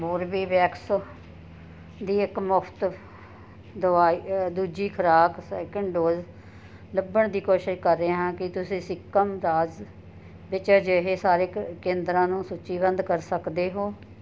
Corbevax ਦੀ ਇੱਕ ਮੁਫ਼ਤ ਦਵਾਈ ਦੂਜੀ ਖੁਰਾਕ ਸੈਂਕਿੰਡ ਡੋਜ਼ ਲੱਭਣ ਦੀ ਕੋਸ਼ਿਸ਼ ਕਰ ਰਿਹਾ ਹਾਂ ਕੀ ਤੁਸੀਂ ਸਿੱਕਮ ਰਾਜ ਵਿੱਚ ਅਜਿਹੇ ਸਾਰੇ ਕੇਂਦਰਾਂ ਨੂੰ ਸੂਚੀਬੱਧ ਕਰ ਸਕਦੇ ਹੋ